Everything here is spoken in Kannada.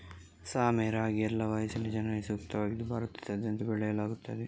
ಸಾಮೆ ರಾಗಿ ಎಲ್ಲಾ ವಯಸ್ಸಿನ ಜನರಿಗೆ ಸೂಕ್ತವಾಗಿದ್ದು ಭಾರತದಾದ್ಯಂತ ಬೆಳೆಯಲಾಗ್ತಿದೆ